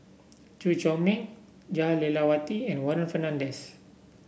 Chew Chor Meng Jah Lelawati and Warren Fernandez